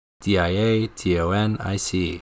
D-I-A-T-O-N-I-C